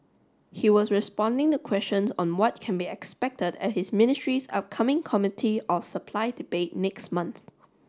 he was responding the questions on what can be expected at his ministry's upcoming Committee of Supply debate next month